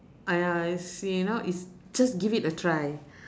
!aiya! it's s~ you know just give it a try